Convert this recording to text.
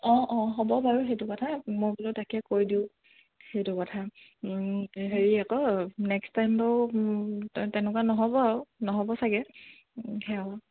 অঁ অঁ হ'ব বাৰু সেইটো কথা মই বোলো তাকে কৈ দিওঁ সেইটো কথা হেৰি আকৌ নেক্সট টাইমটো তেনেকুৱা নহ'ব আৰু নহ'ব চাগে সেয়া